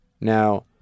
Now